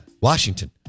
Washington